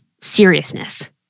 seriousness